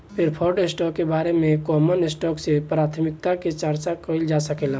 preferred stock के बारे में कॉमन स्टॉक से प्राथमिकता के चार्चा कईल जा सकेला